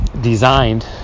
designed